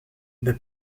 the